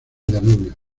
danubio